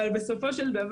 למשל,